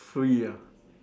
free ah